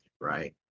right